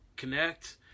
connect